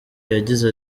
yagize